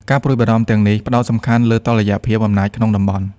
ការព្រួយបារម្ភទាំងនេះផ្តោតសំខាន់លើតុល្យភាពអំណាចក្នុងតំបន់។